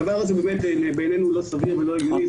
הדבר הזה בעינינו הוא לא סביר והוא לא הגיוני.